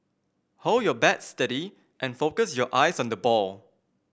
hold your bat steady and focus your eyes on the ball